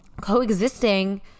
coexisting